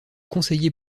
conseiller